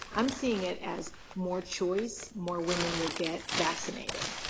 i'm seeing it as more choice, more women will get vaccinated.